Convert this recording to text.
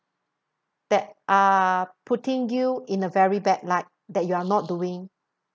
that are putting you in a very bad like that you're not doing